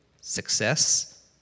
success